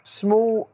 small